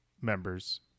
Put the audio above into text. members